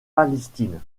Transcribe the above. palestine